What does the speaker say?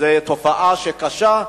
זו תופעה קשה,